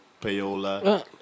payola